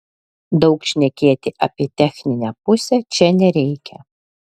daug šnekėti apie techninę pusę čia nereikia